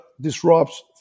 disrupts